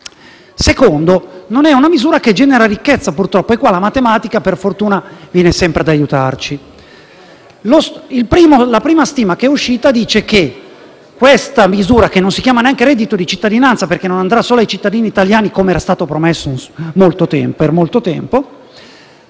luogo, non è una misura che genera ricchezza purtroppo. Anche in questo caso la matematica, per fortuna, viene sempre ad aiutarci. La prima stima che è uscita dice che questa misura - che non si chiama neanche «reddito di cittadinanza», perché non andrà solo ai cittadini italiani, come era stato promesso per molto tempo